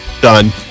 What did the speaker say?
Done